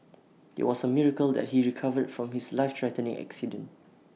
IT was A miracle that he recovered from his life threatening accident